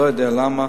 לא יודע למה.